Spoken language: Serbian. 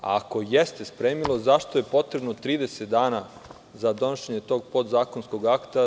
Ukoliko jeste spremilo, zašto je potrebno 30 dana za donošenje tog podzakonskog akta?